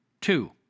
two